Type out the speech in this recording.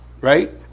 Right